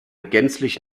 gänzlich